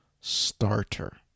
starter